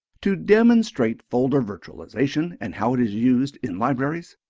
to demonstrate folder virtualization and how it is used in libraries,